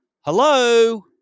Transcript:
hello